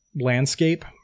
landscape